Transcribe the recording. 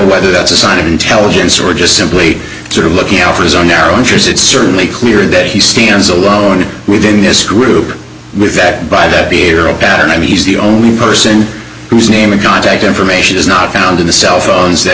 whether that's a sign of intelligence or just simply sort of looking out for his own narrow interest it's certainly clear that he stands alone within this group with that by the time he's the only person whose name and contact information is not found in the cell phones that